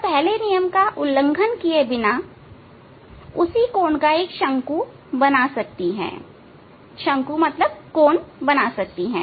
यह पहले नियम का उल्लंघन किए बिना उसी कोण का एक शंकु बना सकती है